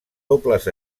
dobles